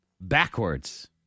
Backwards